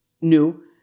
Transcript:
new